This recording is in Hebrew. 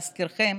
להזכירכם,